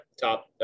top